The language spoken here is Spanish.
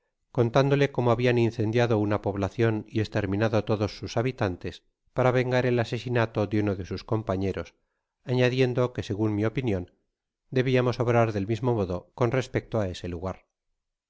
contándole cómo habian incendiado una poblacion y esterminado todps sus habitares para vengar el asesinato de uno de sus compañeros añadiendo que segun mi opinion debiatú eí obrar del mismo modb con respecto á ese ihgar